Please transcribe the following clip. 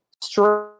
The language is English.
straight